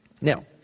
Now